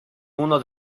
uno